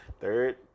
Third